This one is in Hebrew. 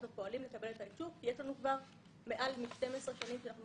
אנחנו פועלים לקבל את האישור כי כבר מעל 12 שנים שאנחנו